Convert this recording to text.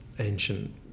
ancient